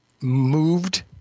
Moved